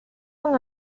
con